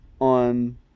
on